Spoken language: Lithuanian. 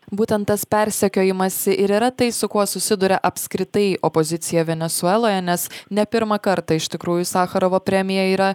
būtent tas persekiojimas ir yra tai su kuo susiduria apskritai opozicija venesueloje nes ne pirmą kartą iš tikrųjų sacharovo premija yra